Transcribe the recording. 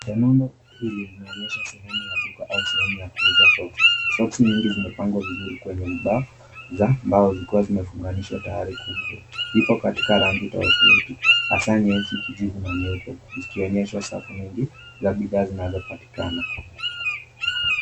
Sehemu hili linaonyesha sehemu ya duka au sehemu ya kuuza socks . Socks nyingi zimepangwa vizuri juu ya mbao zikiwa zimefunganishwa tayari kuuzwa, zipo katika rangi tofauti hasaa nyeusi, kijivu na nyeupe zikionyesha usafi mwingi ya bidhaa zinazopatikana.